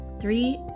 three